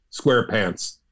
SquarePants